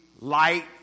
light